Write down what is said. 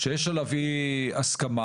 שיש עליו אי הסכמה.